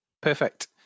Perfect